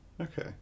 Okay